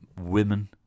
women